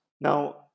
Now